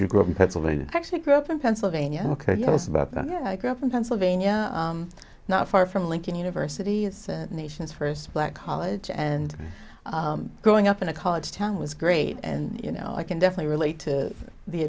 your group in pennsylvania actually grew up in pennsylvania ok give us about that yeah i grew up in pennsylvania not far from lincoln university is the nation's first black college and growing up in a college town was great and you know i can definitely relate to the